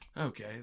okay